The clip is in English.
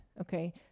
okay